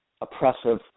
oppressive